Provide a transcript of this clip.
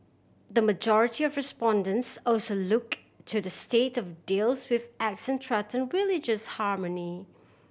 the majority of respondents also look to the state of deals with act threaten religious harmony